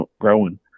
growing